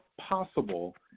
possible